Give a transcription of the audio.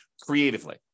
creatively